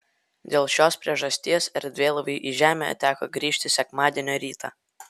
dėl šios priežasties erdvėlaiviui į žemę teko grįžti sekmadienio rytą